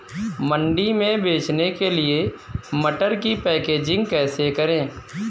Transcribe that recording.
मंडी में बेचने के लिए मटर की पैकेजिंग कैसे करें?